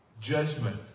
judgment